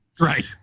Right